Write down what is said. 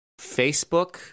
facebook